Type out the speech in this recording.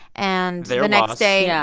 and the next day. yeah